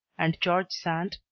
and george sand,